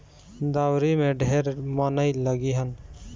दँवरी में ढेर मनई लगिहन